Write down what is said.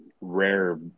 rare